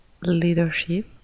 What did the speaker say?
leadership